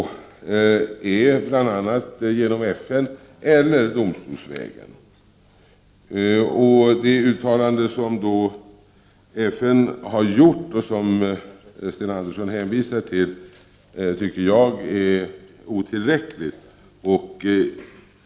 Det kan ske genom FN eller på domstolsvägen. Det uttalande som FN har gjort och som Sten Andersson hänvisar till tycker jag är otillräckligt.